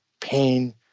pain